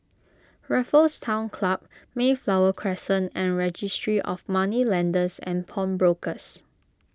Raffles Town Club Mayflower Crescent and Registry of Moneylenders and Pawnbrokers